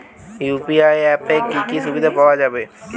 UPI অ্যাপে কি কি সুবিধা পাওয়া যাবে?